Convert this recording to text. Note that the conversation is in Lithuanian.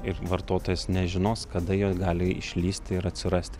ir vartotojas nežinos kada jie gali išlįsti ir atsirasti